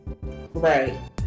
Right